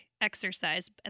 exercise